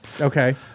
Okay